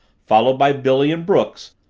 followed by billy and brooks,